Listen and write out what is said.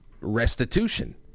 restitution